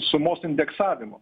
sumos indeksavimo